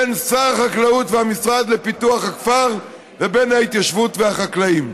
בין שר החקלאות והמשרד לפיתוח הכפר ובין ההתיישבות והחקלאים.